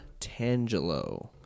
Tangelo